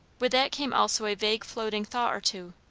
with that came also a vague floating thought or two.